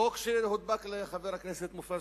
החוק שהודבק לחבר הכנסת מופז,